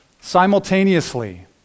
simultaneously